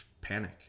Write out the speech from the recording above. panic